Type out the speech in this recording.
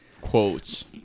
Quotes